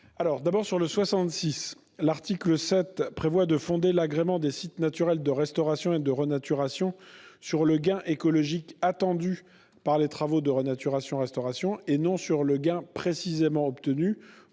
amendements ? L'article 7 prévoit de fonder l'agrément des sites naturels de restauration et de renaturation sur le gain écologique attendu par les travaux de renaturation-restauration, et non sur le gain précisément obtenu,